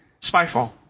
spyfall